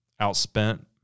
outspent